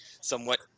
somewhat